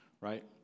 Right